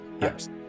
Yes